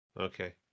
Okay